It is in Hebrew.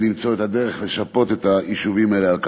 למצוא את הדרך לשפות את היישובים האלה על כך.